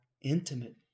intimate